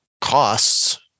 costs